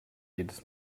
jedes